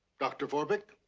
dr. vorbeck?